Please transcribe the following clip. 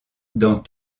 dans